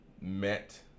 met